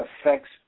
affects